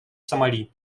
сомали